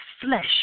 flesh